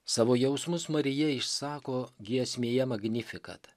savo jausmus marija išsako giesmėje magnifikat